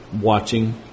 watching